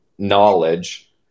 knowledge